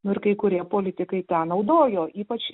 nu ir kai kurie politikai tą naudojo ypač